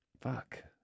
fuck